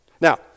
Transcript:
Now